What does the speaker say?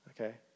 okay